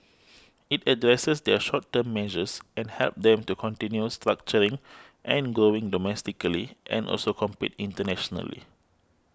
it addresses their short term measures and helps them to continue structuring and growing domestically and also compete internationally